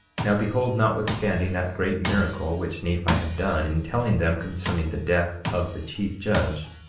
now behold, notwithstanding that great miracle which nephi had done in telling them concerning the death of the chief judge,